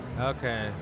Okay